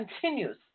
continues